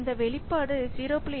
இந்த வெளிப்பாடு 0